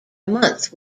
month